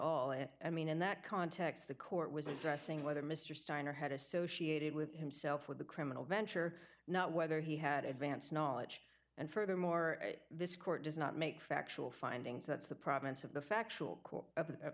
all and i mean in that context the court was addressing whether mr steiner had associated with himself with the criminal bench or not whether he had advance knowledge and furthermore this court does not make factual findings that's the province of the factual